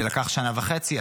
זה לקח שנה חצי,